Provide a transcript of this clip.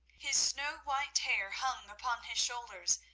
his snow-white hair hung upon his shoulders,